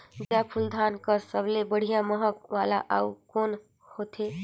जीराफुल धान कस सबले बढ़िया महक वाला अउ कोन होथै?